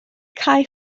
cae